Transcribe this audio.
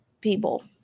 people